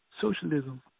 Socialism